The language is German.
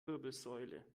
wirbelsäule